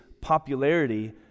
popularity